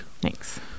Thanks